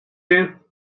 you